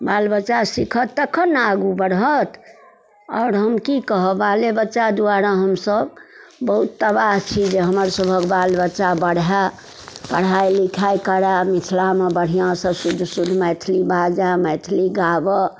बाल बच्चा सिखत तखन ने आगू बढ़त आओर हम कि कहब बाले बच्चा दुआरे हमसब बहुत तबाह छी जे हमर सभके बाल बच्चा बढ़ै पढ़ाइ लिखाइ करै मिथिलामे बढ़िआँसँ शुद्ध शुद्ध मैथिली बाजै मैथिली गाबै